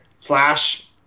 Flash